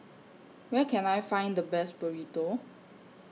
Where Can I Find The Best Burrito